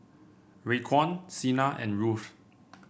Raekwon Sina and Ruthe